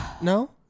No